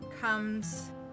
comes